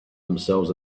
themselves